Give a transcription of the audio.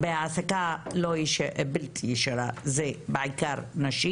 תחום ההעסקה הלא ישירה הוא לא בתחום סמכות של הממונה שכר,